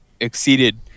exceeded